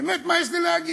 באמת מה יש לי להגיד?